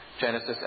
Genesis